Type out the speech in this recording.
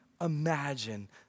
imagine